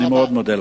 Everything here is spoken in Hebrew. אני מאוד מודה לך.